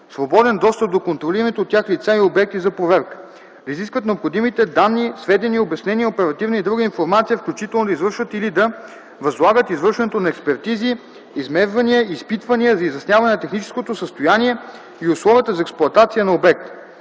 свободен достъп до контролираните от тях лица и обекти за проверка; - да изискват необходимите данни, сведения, обяснения, оперативна и друга информация, включително да извършват или да възлагат извършването на експертизи, измервания и изпитвания за изясняване на техническото състояние и условията за експлоатация на обекта;